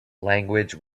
language